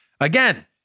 Again